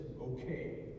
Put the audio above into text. okay